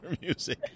music